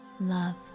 love